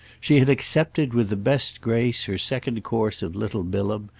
she had accepted with the best grace her second course of little bilham,